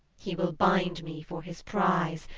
he will bind me for his prize,